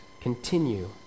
continue